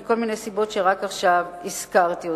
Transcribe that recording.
מכל מיני סיבות שרק עכשיו הזכרתי אותן.